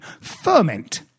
Ferment